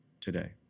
today